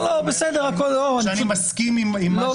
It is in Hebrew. שכולם מבינים את